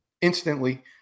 instantly